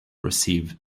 receive